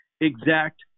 exact